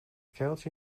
kuiltje